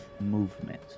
movement